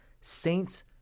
Saints